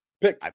Pick